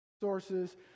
Sources